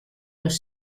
los